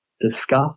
discuss